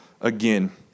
Again